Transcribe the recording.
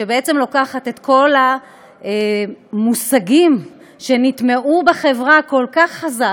שבעצם לוקחת את כל המושגים שנטמעו בחברה כל כך חזק